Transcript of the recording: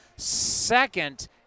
Second